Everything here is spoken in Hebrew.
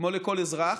כמו לכל אזרח,